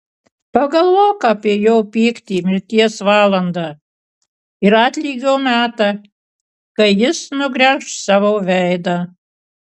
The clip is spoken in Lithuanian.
pagalvok apie jo pyktį mirties valandą ir atlygio metą kai jis nugręš savo veidą